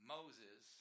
Moses